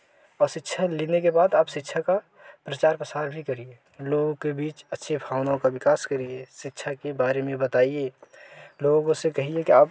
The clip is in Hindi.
और शिक्षा लेने के बाद आप शिक्षा का प्रचार प्रसार भी करिए लोगों के बीच अच्छे खानों विकास करिए शिक्षा के बारे में बताइए लोगों को से कहिए कि आप